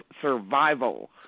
survival